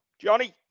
Johnny